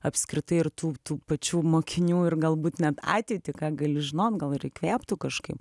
apskritai ir tų tų pačių mokinių ir galbūt net ateitį ką gali žinot gal ir įkvėptų kažkaip